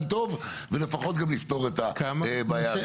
טוב ולפחות גם נפתור את הבעיה הזאת.